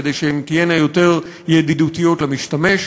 כדי שהן תהיינה יותר ידידותיות למשתמש.